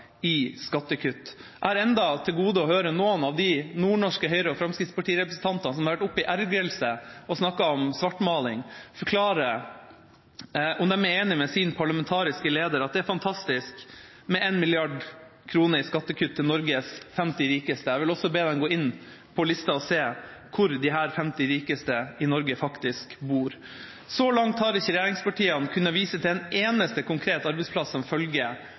i skattekutt. Jeg har ennå til gode å høre noen av de nordnorske Høyre- og Fremskrittsparti-representantene som har hatt ordet og i ergrelse har snakket om svartmaling, forklare om de er enig med sin parlamentariske leder om at det er fantastisk med 1 mrd. kr i skattekutt til Norges 50 rikeste. Jeg vil også be dem gå inn og se hvor disse 50 rikeste i Norge faktisk bor. Så langt har ikke regjeringspartiene kunnet vise til en eneste konkret arbeidsplass som følge